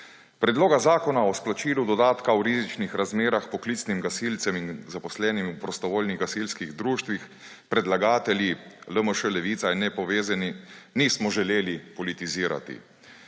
Predloga Zakona o izplačilu dodatka v rizičnih razmerah poklicanim gasilcem in zaposlenimi v prostovoljnih gasilskih društvih predlagatelji LMŠ, Levica in nepovezani nismo želeli politizirati,